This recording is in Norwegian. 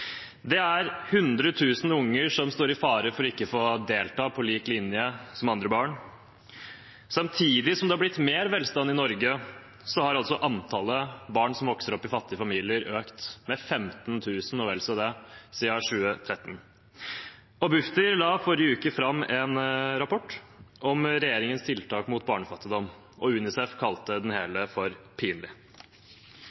er 100 000 unger som står i fare for ikke å få delta på lik linje med andre barn. Samtidig som det har blitt mer velstand i Norge, har antallet barn som vokser opp i fattige familier, økt med 15 000 og vel så det, siden 2013. Bufdir la i forrige uke fram en rapport om regjeringens tiltak mot barnefattigdom, og UNICEF kalte